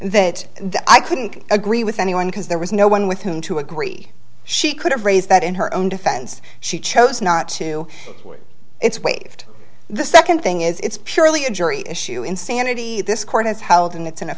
that i couldn't agree with anyone because there was no one with whom to agree she could have raised that in her own defense she chose not to do it's waived the second thing is it's purely a jury issue insanity this court has held and it's in a